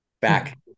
back